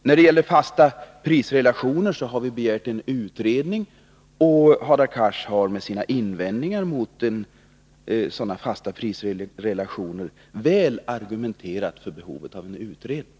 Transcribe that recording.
När det gäller fasta prisrelationer har vi begärt en utredning, och Hadar Cars har här med sina invändningar mot sådana fasta prisrelationer väl argumenterat för behovet av en utredning.